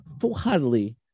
full-heartedly